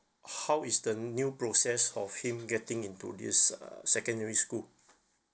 how is the new process of him getting into this uh secondary school